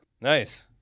nice